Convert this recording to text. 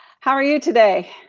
how are you today?